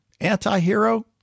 antihero